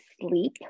sleep